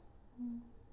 mm